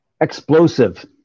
Explosive